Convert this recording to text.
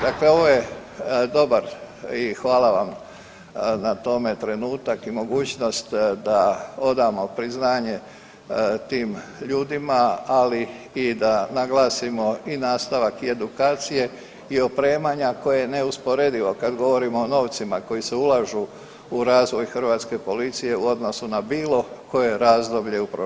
Dakle, ovo je dobar i hvala vam na tome trenutak i mogućnost da odamo priznanje tim ljudima, ali i da naglasimo i nastavak i edukacije i opremanja koje je neusporedivo kad govorimo o novcima koji se ulažu u razvoj Hrvatske policije u odnosu na bilo koje razdoblje u prošlosti.